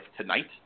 tonight